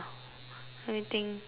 let me think